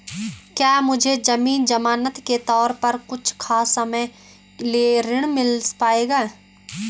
क्या मुझे ज़मीन ज़मानत के तौर पर कुछ समय के लिए ऋण मिल पाएगा?